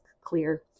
clear